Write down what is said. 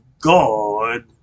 God